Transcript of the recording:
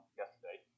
yesterday